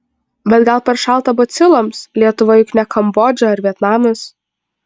bet gal per šalta baciloms lietuva juk ne kambodža ar vietnamas